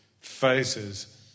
faces